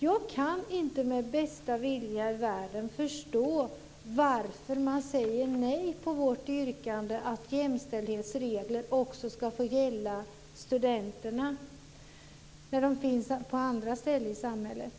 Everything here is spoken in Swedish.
Jag kan inte med bästa vilja i världen förstå varför man säger nej till vårt yrkande att jämställdhetsregler också ska gälla studenterna när de gäller på andra ställen i samhället?